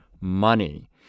money